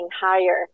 higher